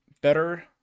better